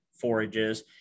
forages